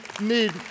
need